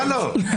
מה לא?